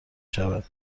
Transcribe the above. شود